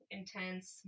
intense